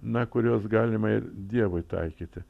na kuriuos galima ir dievui taikyti